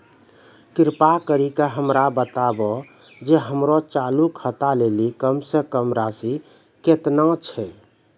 कृपा करि के हमरा बताबो जे हमरो चालू खाता लेली कम से कम राशि केतना छै?